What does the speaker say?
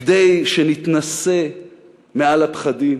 כדי שנתנשא מעל הפחדים,